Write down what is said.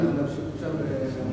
אתה יכול להמשיך?